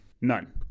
None